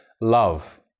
love